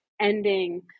ending